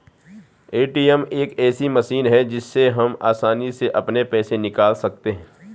ATM एक ऐसी machine है जिससे हम आसानी से अपने पैसे निकाल सकते हैं